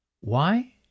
Why